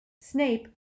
Snape